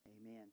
Amen